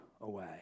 away